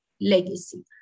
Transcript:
legacy